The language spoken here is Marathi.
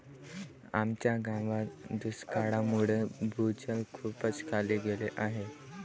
आमच्या गावात दुष्काळामुळे भूजल खूपच खाली गेले आहे